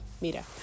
mira